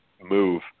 move